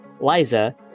Liza